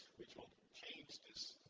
which will change this